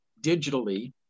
digitally